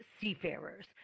seafarers